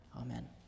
Amen